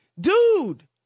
dude